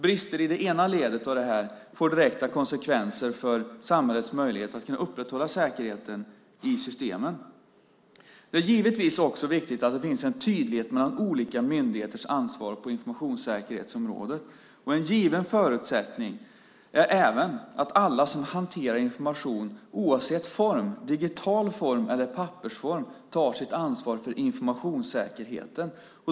Brister i det ena ledet får direkta konsekvenser för samhällets möjlighet att upprätthålla säkerheten i systemen. Givetvis är det också viktigt att det finns en tydlighet mellan olika myndigheters ansvar på informationssäkerhetsområdet. En given förutsättning är också att alla som hanterar information oavsett om den är i digital form eller i pappersform tar sitt ansvar för informationssäkerheten.